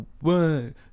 one